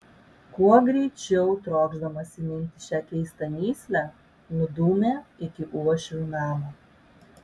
kuo greičiau trokšdamas įminti šią keistą mįslę nudūmė iki uošvių namo